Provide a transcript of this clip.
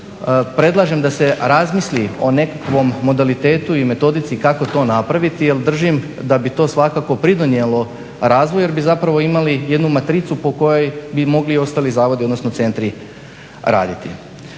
predlažem da se razmisli o nekakvom modalitetu i metodici kako to napraviti jer držim da bi to svakako pridonijelo razvoju jer bi zapravo imali jednu matricu po kojoj bi mogli i ostali zavodi, odnosno centri raditi.